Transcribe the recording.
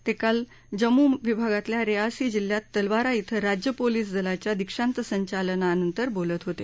ते काल जम्मू विभागातल्या रेआसी जिल्ह्यात तलवारा इथं राज्य पोलीस दलाच्या दिक्षांत संचलनानंतर बोलत होते